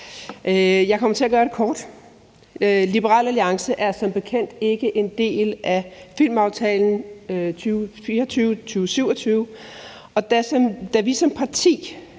Jeg kommer til at gøre det kort. Liberal Alliance er som bekendt ikke en del af filmaftalen 2024-27, og da vi som parti